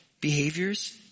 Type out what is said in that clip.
behaviors